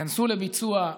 תיכנסו לביצוע,